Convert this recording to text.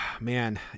man